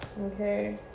Okay